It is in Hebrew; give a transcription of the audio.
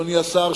אדוני השר,